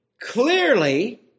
clearly